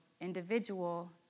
individual